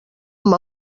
amb